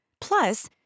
Plus